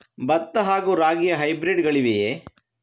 ಭತ್ತ ಹಾಗೂ ರಾಗಿಯ ಹೈಬ್ರಿಡ್ ಗಳಿವೆಯೇ?